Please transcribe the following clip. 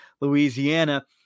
Louisiana